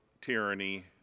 tyranny